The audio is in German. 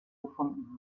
gefunden